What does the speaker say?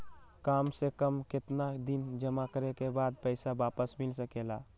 काम से कम केतना दिन जमा करें बे बाद पैसा वापस मिल सकेला?